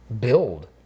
build